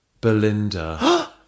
Belinda